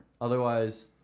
Otherwise